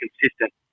consistent